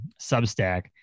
Substack